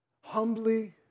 humbly